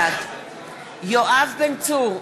בעד יואב בן צור,